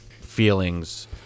feelings